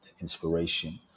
inspiration